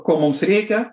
ko mums reikia